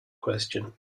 question